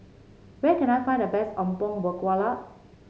where can I find the best Apom Berkuah